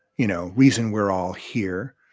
you know, reason we're all here,